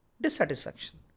Dissatisfaction